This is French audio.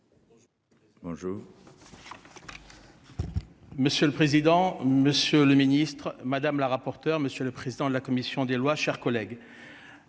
Monsieur le président, Monsieur le Ministre, madame la rapporteure. Monsieur le président de la commission des lois, chers collègues.